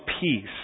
peace